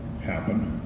happen